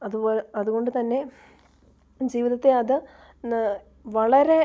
അതുപോലെ അതുകൊണ്ട് തന്നെ ജീവിതത്തെ അത് ഇന്ന് വളരെ